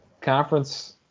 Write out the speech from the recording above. conference